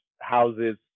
houses